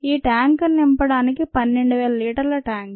ఈ ట్యాంకును నింపడానికి 12000 లీటర్ల ట్యాంకు